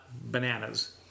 bananas